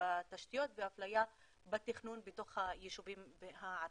בתשתיות ואפליה בתכנון בתוך היישובים הערביים.